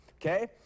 Okay